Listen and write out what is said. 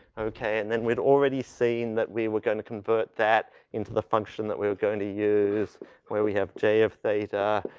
okay, and then we'd already seen that we were gonna convert that into the function that we're going to use where we have j of theta,